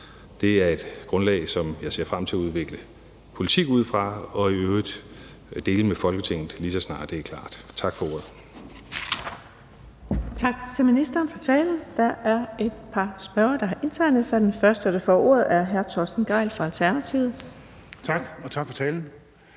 Det er et grundlag, som jeg ser frem til at udvikle politik ud fra og i øvrigt dele med Folketinget, lige så snart det er klart.